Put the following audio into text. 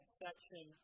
section